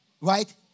right